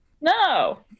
No